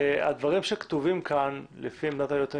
הדברים שכתובים כאן, לפי עמדת הייעוץ המשפטי,